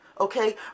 okay